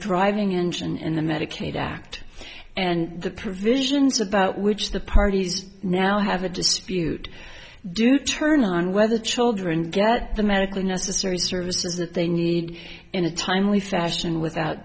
driving engine in the medicaid act and the provisions about which the parties now have a dispute do turn on whether children get the medically necessary services that they need in a timely fashion without